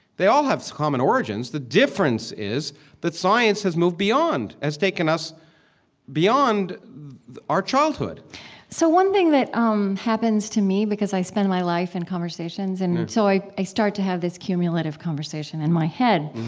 they all have common origins. the difference is that science has moved beyond, has taken us beyond our childhood so one thing that um happens to me because i spend my life in conversations, and and so i i started to have this cumulative conversation in my head,